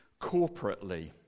corporately